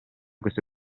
questo